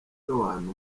ewana